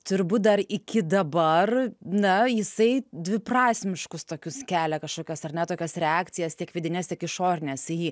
turbūt dar iki dabar na jisai dviprasmiškus tokius kelia kažkokias ar ne tokias reakcijas tiek vidines tiek išorines į jį